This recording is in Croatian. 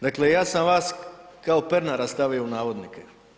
Dakle, ja sam vas kao Pernara stavio u navodnike.